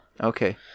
Okay